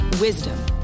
Wisdom